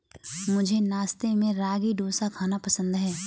मुझे नाश्ते में रागी डोसा खाना पसंद है